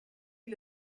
you